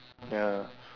ya